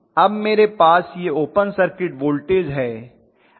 अब मेरे पास यह ओपन सर्किट वोल्टेज है